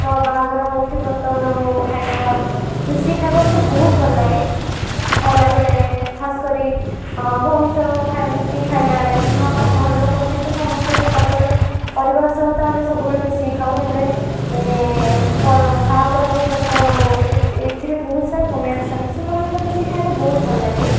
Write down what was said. ତ ବାହାଘର ହେଉକି ବ୍ରତ ଘର ହେଉ ଖାଇବା ମିଶିକି ଖାଇବାକୁ ତ ବହୁତ ଭଲଲାଗେ ଖାଇଲା ବେଳେ ଖାସ୍ କରି ଭଉଣୀ ସହ ମିଶିକି ଖାଇଲା ବେଳେ କିମ୍ବା ଘର ଲୋକଙ୍କ ସହିତ ସମସ୍ତେ ସବୁବେଳେ ପରିବାର ସହ ତ ଆମେ ସବୁବେଳେ ମିଶିକି ଖାଉ ହେଲେ ବାହାଘର ହେଉ ବ୍ରତ ଘର ହେଉ ଏଇ ଏଥିରେ ବହୁତ ସାରା କୁଣିଆ ଆସନ୍ତି ସେମାନଙ୍କ ସହିତ ମିଶିକି ଖାଇବାକୁ ବହୁତ ଭଲ ଲାଗେ